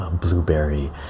blueberry